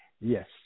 Yes